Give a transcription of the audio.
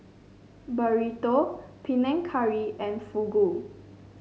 Burrito Panang Curry and Fugu